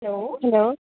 hello hello